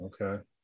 Okay